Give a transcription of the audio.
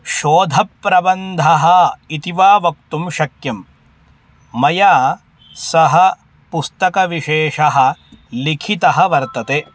शोधप्रबन्धः इति वा वक्तुं शक्यं मया सः पुस्तकविशेषः लिखितः वर्तते